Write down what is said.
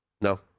No